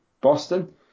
Boston